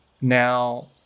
Now